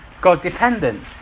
God-dependent